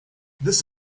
this